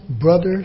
brothers